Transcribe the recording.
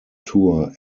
tour